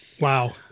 Wow